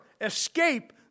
escape